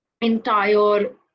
entire